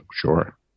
sure